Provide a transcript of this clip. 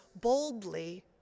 boldly